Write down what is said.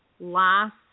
Last